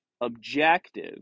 objective